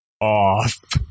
off